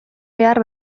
behar